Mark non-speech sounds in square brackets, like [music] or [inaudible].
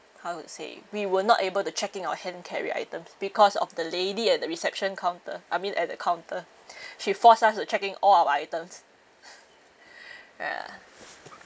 how to say we were not able to check in our hand carry items because of the lady at the reception counter I mean at the counter [breath] she forced us to check in all our items [breath] ya